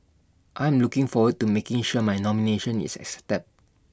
I'm looking forward to making sure my nomination is